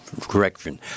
Correction